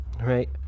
Right